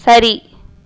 சரி